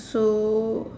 so